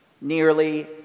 nearly